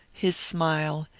his smile,